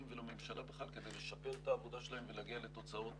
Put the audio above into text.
ולממשלה בכלל כדי לשפר את העבודה שלהם ולהגיע לתוצאות